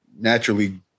naturally